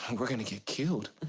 we're gonna get killed!